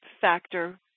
factor